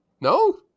No